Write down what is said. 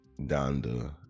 Donda